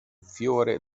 fiore